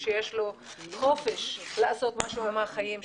ושיש לו חופש לעשות משהו עם החיים שלו.